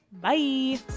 Bye